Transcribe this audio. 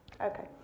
Okay